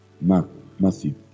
Matthew